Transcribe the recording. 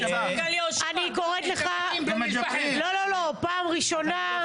אני קוראת לך פעם ראשונה.